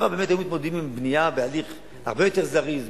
בעבר באמת היו מתמודדים עם בנייה בהליך הרבה יותר זריז,